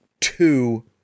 two